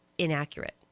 inaccurate